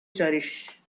cherish